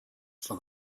for